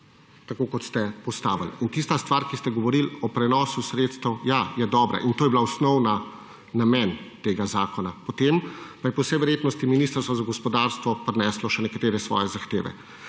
tako kot ste ga postavili. Tista stvar, o kateri ste govorili, o prenusu sredstev, ja, je dobra, in to je bil osnovni namen tega zakona. Potem pa je po vsej verjetnosti Ministrstvo za gospodarstvo prineslo še nekatere svoje zahteve.